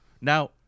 Now